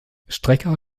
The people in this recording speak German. strecker